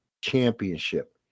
championship